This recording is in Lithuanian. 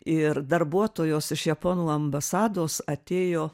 ir darbuotojos iš japonų ambasados atėjo